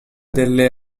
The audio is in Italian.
delle